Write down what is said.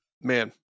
man